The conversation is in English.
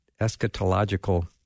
eschatological